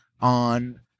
on